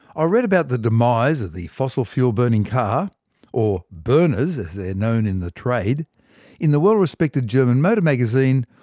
ah read about the demise of the fossil fuel burning car or burners as they're known in the trade in the well-respected german motor magazine,